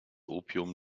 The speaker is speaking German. opium